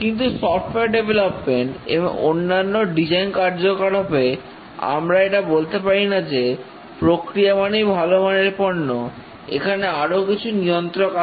কিন্তু software development এবং অন্যান্য ডিজাইন কার্যকলাপে আমরা এটা বলতে পারি না যে ভালো প্রক্রিয়া মানেই ভালো মানের পণ্য এখানে আরো কিছু নিয়ন্ত্রক আছে